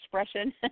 expression